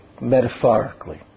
metaphorically